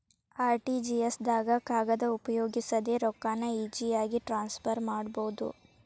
RTGS ದಾಗ ಕಾಗದ ಉಪಯೋಗಿಸದೆ ರೊಕ್ಕಾನ ಈಜಿಯಾಗಿ ಟ್ರಾನ್ಸ್ಫರ್ ಮಾಡಬೋದು